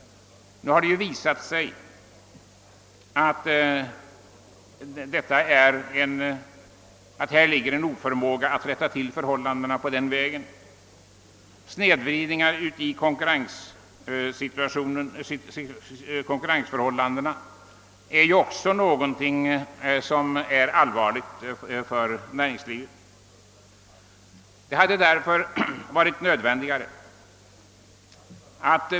Det har visat sig inte vara möjligt att rätta till förhållandena genom en sådan politik. Snedvridningen i konkurrensförhållandena är också en allvarlig sak för näringslivet.